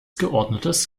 geordnetes